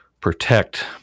protect